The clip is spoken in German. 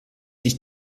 sich